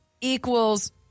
equals